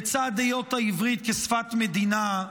בצד היות העברית כשפת מדינה,